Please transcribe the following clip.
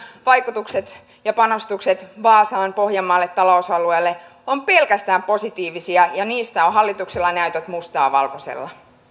vaikutukset ja panostukset vaasaan pohjanmaalle talousalueelle ovat pelkästään positiivisia ja niistä on hallituksella näytöt mustaa valkoisella